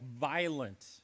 violent